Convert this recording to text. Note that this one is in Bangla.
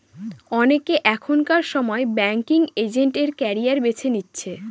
অনেকে এখনকার সময় ব্যাঙ্কিং এজেন্ট এর ক্যারিয়ার বেছে নিচ্ছে